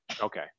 Okay